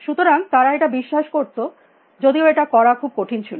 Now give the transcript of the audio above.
সুতরাং তারা এটা বিশ্বাস করত যদিও এটা করা খুব কঠিন ছিল